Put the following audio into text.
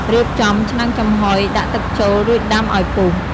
រៀបចំឆ្នាំងចំហុយ ដាក់ទឹកចូល រួចដាំឲ្យពុះ។